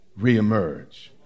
reemerge